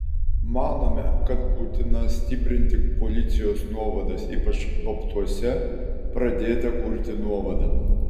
manome kad būtina stiprinti policijos nuovadas ypač babtuose pradėtą kurti nuovadą